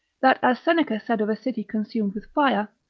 that as seneca said of a city consumed with fire,